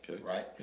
right